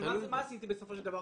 מה עשיתי בסופו של דבר?